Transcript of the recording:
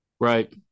right